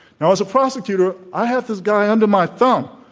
now as a prosecutor i had this guy under my thumb.